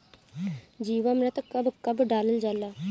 जीवामृत कब कब डालल जाला?